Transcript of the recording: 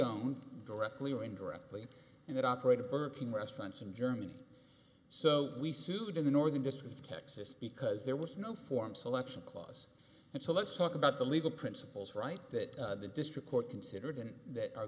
own directly or indirectly and that operate a burger king restaurants in germany so we sued in the northern district of texas because there was no form selection clause and so let's talk about the legal principles right that the district court considered and that are